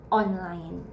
online